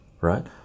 right